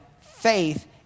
faith